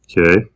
Okay